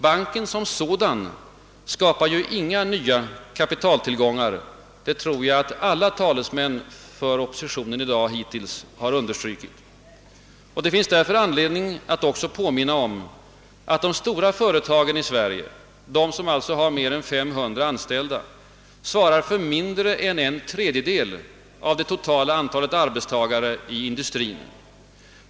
Banken som sådan skapar ju inga nya kapitaltillgångar; det tror jag att alla talesmän för oppositionen hittills i dag har understrukit. Det finns därför anledning att påminna om att de stora företagen, de som har mer än 500 anställda, svarar för mindre än en tredjedel av det totala antalet arbetstagare inom industrin.